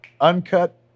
uncut